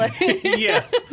Yes